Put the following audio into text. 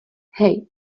hej